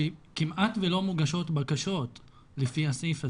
שכמעט ולא מוגשות בקשות לפי הסעיף הזה,